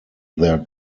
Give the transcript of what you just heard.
their